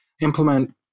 implement